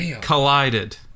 collided